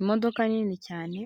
Imodoka nini cyane